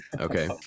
Okay